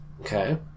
Okay